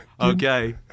Okay